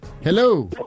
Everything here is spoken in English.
Hello